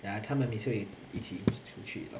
ya 他们每次会一起出去